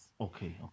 Okay